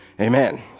amen